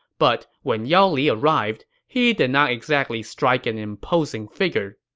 but when yao li arrived, he did not exactly strike an imposing figure.